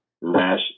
rash